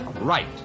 right